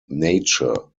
nature